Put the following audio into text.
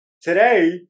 today